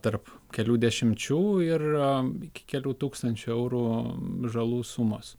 tarp kelių dešimčių ir iki kelių tūkstančių eurų žalų sumos